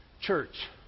Church